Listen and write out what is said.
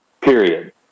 period